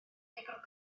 ddigon